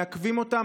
מעכבים אותם,